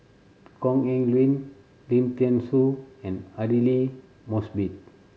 Kok Heng Leun Lim Thean Soo and Aidli Mosbit